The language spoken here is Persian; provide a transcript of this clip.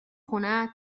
خونهت